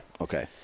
Okay